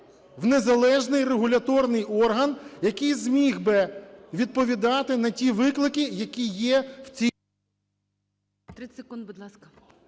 в незалежний регуляторний орган, який зміг би відповідати на ті виклики, які є в цій... ГОЛОВУЮЧИЙ. 30 секунд, будь ласка.